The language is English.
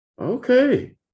Okay